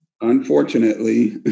unfortunately